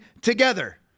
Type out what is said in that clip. together